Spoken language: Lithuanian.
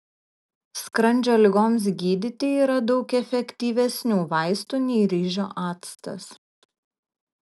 skrandžio ligoms gydyti yra daug efektyvesnių vaistų nei ryžių actas